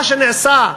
מה שנעשה,